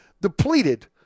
depleted